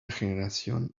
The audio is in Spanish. generación